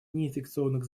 неинфекционных